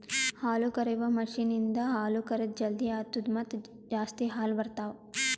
ಹಾಲುಕರೆಯುವ ಮಷೀನ್ ಇಂದ ಹಾಲು ಕರೆದ್ ಜಲ್ದಿ ಆತ್ತುದ ಮತ್ತ ಜಾಸ್ತಿ ಹಾಲು ಬರ್ತಾವ